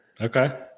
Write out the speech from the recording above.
Okay